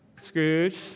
Scrooge